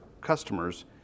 customers